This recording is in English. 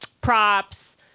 props